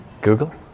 Google